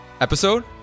episode